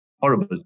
horrible